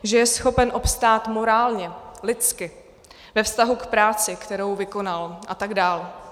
Že je schopen obstát morálně, lidsky, ve vztahu k práci, kterou vykonal, atd.